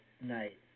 night